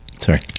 Sorry